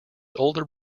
older